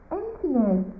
emptiness